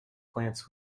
plants